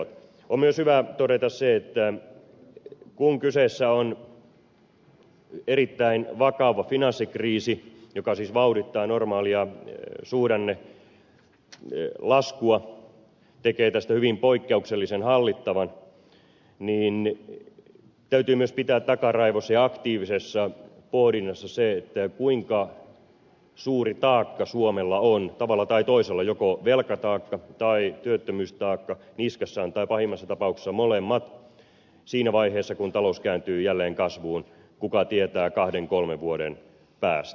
on myös hyvä todeta se että kun kyseessä on erittäin vakava finanssikriisi joka siis vauhdittaa normaalia suhdannelaskua tekee tästä hyvin poikkeuksellisen hallittavan niin täytyy myös pitää takaraivossa ja aktiivisessa pohdinnassa se kuinka suuri taakka suomella on tavalla tai toisella joko velkataakka tai työttömyystaakka niskassaan tai pahimmassa tapauksessa molemmat siinä vaiheessa kun talous kääntyy jälleen kasvuun kuka tietää kahden kolmen vuoden päästä